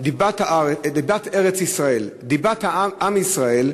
שדיבת ארץ-ישראל, דיבת עם ישראל,